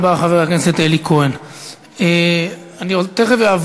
בין אם הוא יעלה ובין אם הוא ירד, אפשרות לבוא